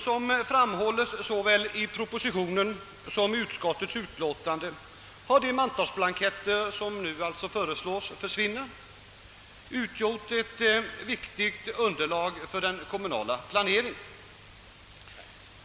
Såsom framhålles i såväl propositionen som utskottets utlåtande har de mantalsuppgifter som nu föreslås slopade utgjort ett viktigt underlag för den kommunala planeringen.